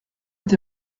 est